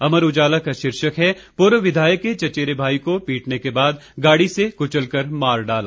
अमर उजाला का शीर्षक है पूर्व विधायक के चचेरे भाई को पीटने के बाद गाड़ी से कुचलकर मार डाला